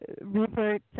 Rupert